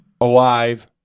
alive